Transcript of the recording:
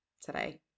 today